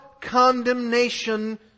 condemnation